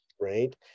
Right